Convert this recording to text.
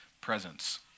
presence